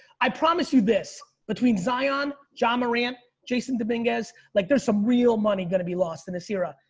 i promise you this between zion, john moran, jasson dominguez like there's some real money gonna be lost in the sierra.